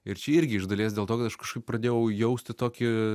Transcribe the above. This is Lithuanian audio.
ir čia irgi iš dalies dėl to aš kažkaip pradėjau jausti tokį